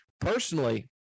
Personally